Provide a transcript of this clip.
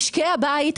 משקי הבית,